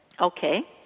Okay